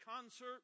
concert